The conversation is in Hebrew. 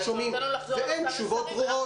תודה לחבר הכנסת אורי מקלב.